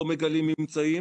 לא מגלים ממצאים